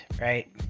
Right